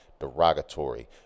Derogatory